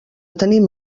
tenim